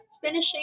finishing